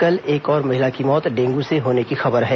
कल एक और महिला की मौत डेंगू से होने की खबर है